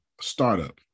startup